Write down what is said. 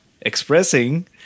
expressing